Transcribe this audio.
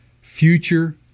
future